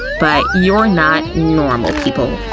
but you're not normal people,